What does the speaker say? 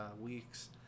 weeks